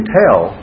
tell